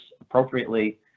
appropriately